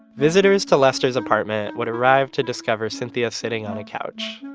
visitors to lester's apartment would arrive to discover cynthia sitting on a couch,